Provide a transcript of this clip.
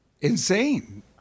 insane